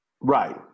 Right